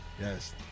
Yes